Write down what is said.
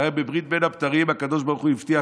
הרי בברית בין הבתרים הקדוש ברוך הוא הבטיח